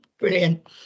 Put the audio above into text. Brilliant